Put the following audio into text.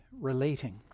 relating